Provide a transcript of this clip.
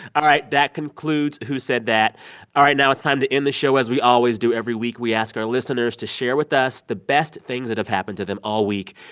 all right. that concludes who said that all right. now it's time to end the show as we always do. every week, we ask our listeners to share with us the best things that have happened to them all week.